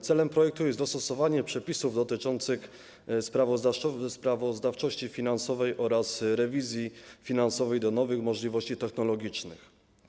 Celem projektu jest dostosowanie przepisów dotyczących sprawozdawczości finansowej oraz rewizji finansowej do nowych możliwości technologicznych.